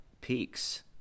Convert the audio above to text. peaks